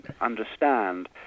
understand